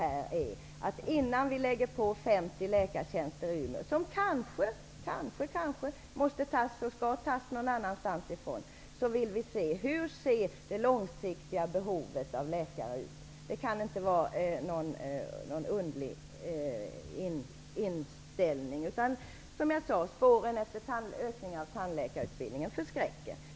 Vi säger att innan vi lägger på 50 läkartjänster i Umeå, som kanske skall tas någon annanstans, vill vi se hur det långsiktiga behovet av läkare ser ut. Det kan inte vara en underlig inställning. Spåren efter ökningen av tandläkarutbildningen förskräcker.